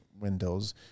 windows